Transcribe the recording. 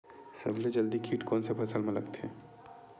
सबले जल्दी कीट कोन से फसल मा लगथे?